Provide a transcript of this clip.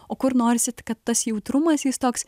o kur norisi kad tas jautrumas jis toks